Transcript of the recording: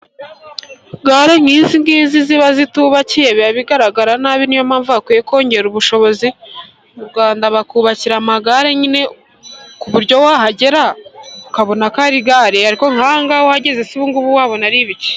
Gare nk'izi ziba zitubakiye, biba bigaragara ko zisa nabi, Ni yo mpamvu hakwiye kongerwa ubushobozi mu Rwanda bakubakira amagare. Nyine ku buryo wahagera ukabona ko ari gare. Ariko nk'ahangaha uhageze se wabona ari ibiki?!